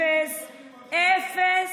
אפס,